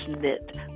knit